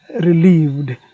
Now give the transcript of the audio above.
relieved